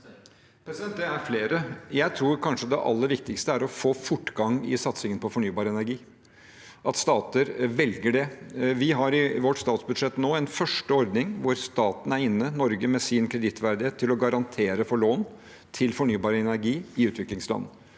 Det er flere. Jeg tror at kanskje det aller viktigste er å få fortgang i satsingen på fornybar energi, at stater velger det. Vi har i vårt statsbudsjett nå en første ordning hvor staten, Norge, er inne med sin kredittverdighet og garanterer for lån til fornybar energi i utviklingsland.